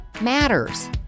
matters